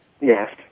Yes